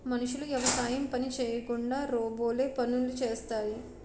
మనుషులు యవసాయం పని చేయకుండా రోబోలే పనులు చేసేస్తాయి